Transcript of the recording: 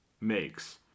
makes